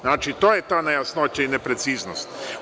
Znači, to je ta nejasnoća i nepreciznost.